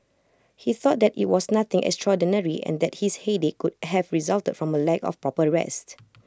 he thought that IT was nothing extraordinary and that his headache could have resulted from A lack of proper rest